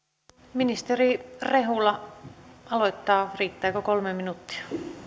ministeri rehula aloittaa riittääkö kolme minuuttia